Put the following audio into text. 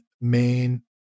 main